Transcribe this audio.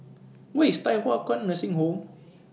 Where IS Thye Hua Kwan Nursing Home